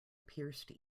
pierced